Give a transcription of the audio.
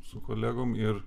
su kolegom ir